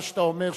מה שאתה אומר,